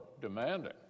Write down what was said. demanding